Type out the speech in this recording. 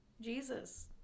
jesus